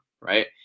right